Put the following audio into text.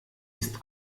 ist